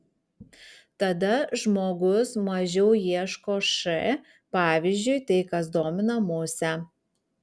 tada žmogus mažiau ieško š pavyzdžiui tai kas domina musę